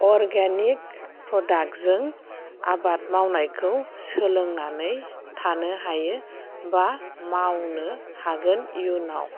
organic प्रडाक्टजों आबाद मावनायखौ सोलोंनानै थानो हायो बा मावनो हागोन इयुनाव